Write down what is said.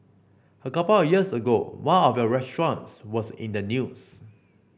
a couple of years ago one of your restaurants was in the news